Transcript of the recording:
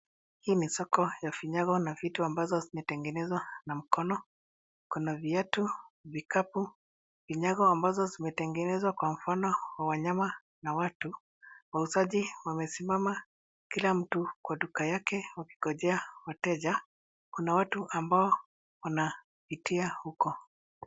Hii ni soko ya vinyago na vitu ambazo zimetengenezwa na mkono. Kuna viatu, vikapu, vinyago ambazo zimetengenezwa kwa mfano wa wanyama na watu. Wauzaji wamesimama kila mtu kwa duka yake wakingojea wateja. Kuna watu ambao wanapitia huko.